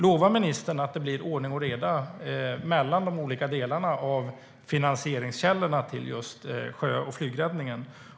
Lovar ministern att det blir ordning och reda mellan de olika delarna när det gäller finansieringskällorna för just sjö och flygräddningen?